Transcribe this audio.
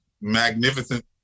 magnificent